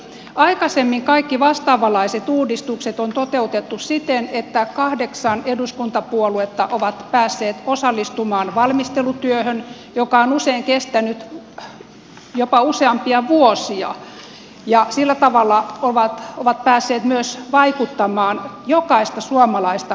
aikaisemmin kaikki vastaavanlaiset uudistukset on toteutettu siten että kahdeksan eduskuntapuoluetta ovat päässeet osallistumaan valmistelutyöhön joka on usein kestänyt jopa useampia vuosia ja sillä tavalla ovat päässeet myös vaikuttamaan jokaista suomalaista koskettavaan lainsäädäntöön